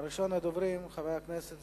הצעות לסדר-היום מס' 3215,